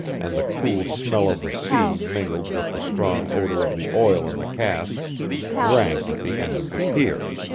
and the cool smell of the sea mingled with the strong odor of the oil in the casks ranked at the end of the pier.